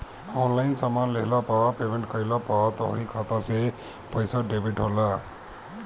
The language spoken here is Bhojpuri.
ऑनलाइन सामान लेहला पअ पेमेंट कइला पअ तोहरी खाता से पईसा डेबिट होला